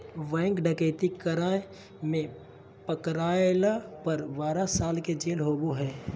bank डकैती कराय में पकरायला पर बारह साल के जेल होबा हइ